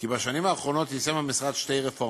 כי בשנים האחרונות יישם המשרד שתי רפורמות,